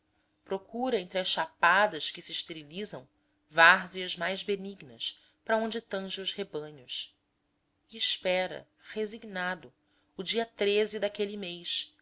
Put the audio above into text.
procura entre as chapadas que se esterilizam várzeas mais benignas para onde tange os rebanhos e espera resignado o dia daquele mês